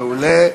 מעולה.